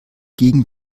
gegen